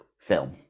film